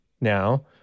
now